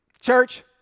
Church